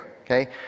okay